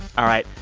all right,